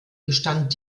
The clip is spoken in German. gestand